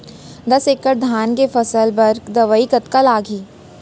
दस एकड़ धान के फसल बर दवई कतका लागही?